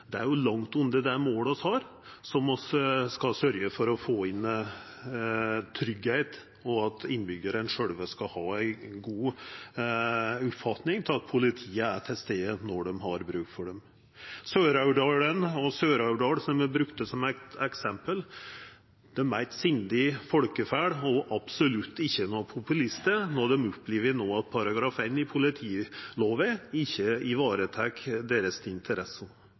Det er langt under det målet vi har om å sørgja for å få til tryggleik, og at innbyggjarane sjølve skal ha ei god oppfatning av at politiet er til stades når dei har bruk for dei. Søraurdølen, og Sør-Aurdal, som eg brukte som eksempel, er eit sindig folkeferd og absolutt ikkje populistar når dei no opplever at § 1 i politilova ikkje varetek deira interesser.